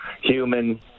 human